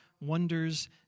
wonders